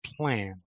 plan